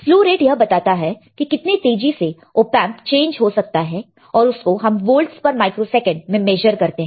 slew rate यह बताता है कि कितनी तेजी से ऑपएंप चेंज हो सकता है और उसको हम वोल्टस पर माइक्रो सेकंडस में मेशर करते हैं